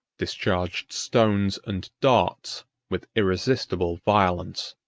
discharged stones and darts with irresistible violence.